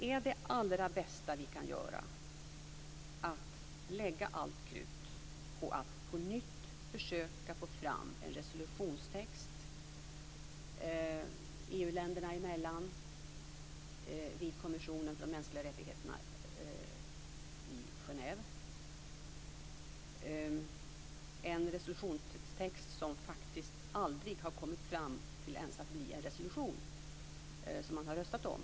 Är det allra bästa vi kan göra att lägga allt krut på att på nytt försöka få fram en resolutionstext EU-länderna emellan vid Kommissionen för de mänskliga rättigheterna i Genève? Det är fråga om en resolutionstext som aldrig har blivit en resolution att rösta om.